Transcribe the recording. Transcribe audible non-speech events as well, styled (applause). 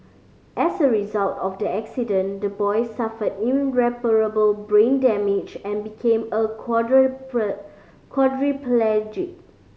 as a result of the accident the boy suffered irreparable brain damage and became a (unintelligible) quadriplegic